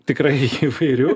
tikrai įvairių